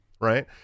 Right